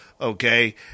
okay